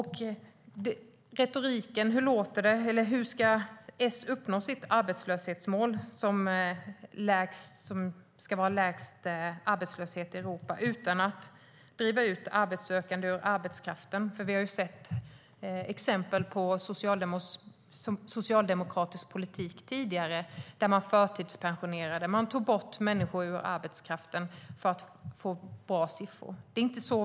Hur ska Socialdemokraterna uppnå sitt mål om lägst arbetslöshet i Europa utan att driva ut arbetssökande ur arbetskraften? Vi har sett exempel på socialdemokratisk politik tidigare då man förtidspensionerade och tog bort människor ur arbetskraften för att få bra siffror.